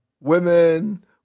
women